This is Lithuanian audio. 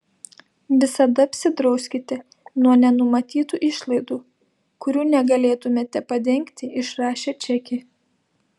visada apsidrauskite nuo nenumatytų išlaidų kurių negalėtumėte padengti išrašę čekį